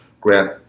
grant